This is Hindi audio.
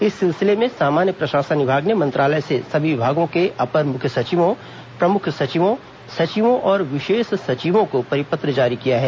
इस सिलसिले में सामान्य प्रशासन विभाग ने मंत्रालय से सभी विभागों के अपर मुख्य सचिवों प्रमुख सचिवों सचिवों और विशेष सचिवों को परिपत्र जारी किया है